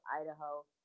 Idaho